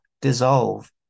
dissolve